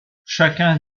chacun